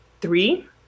three